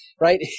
Right